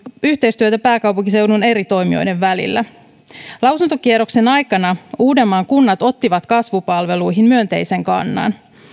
yhteistyötä pääkaupunkiseudun eri toimijoiden välillä lausuntokierroksen aikana uudenmaan kunnat ottivat kasvupalveluihin myönteisen kannan